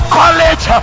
college